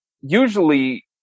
Usually